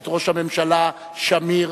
את ראש הממשלה שמיר,